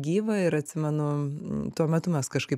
gyva ir atsimenu tuo metu mes kažkaip